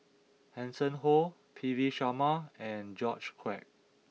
Hanson Ho P V Sharma and George Quek